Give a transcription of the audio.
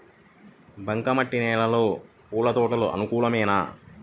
బంక మట్టి నేలలో పూల తోటలకు అనుకూలమా?